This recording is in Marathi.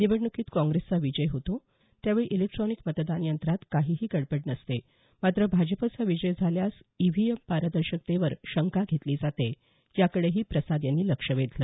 निवडण्कीत काँग्रेसचा विजय होतो त्यावेळी इलेक्ट्रॉनिक मतदान यंत्रात काहीही गडबड नसते मात्र भाजपचा विजय झाल्यास ईव्हीएमच्या पारदर्शकतेवर शंका घेतली जाते याकडेही प्रसाद यांनी लक्ष वेधलं